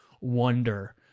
wonder